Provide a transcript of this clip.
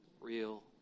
real